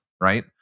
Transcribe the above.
right